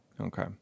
Okay